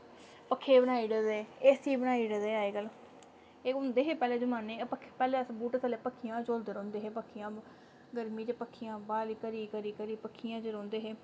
पक्खे बनाई ओड़े दे ए सी बनाई ओड़े दे अज्जकल एह् होंदे हे पैह्ले जमान्ने ई पक्खे पैह्लें अस बूह्टे थ'ल्ले पक्खियां गै झोल्लदे रौहंदे हे पक्खियां गर्मी च पक्खियां करी करी पक्खियां च रौहंदे हे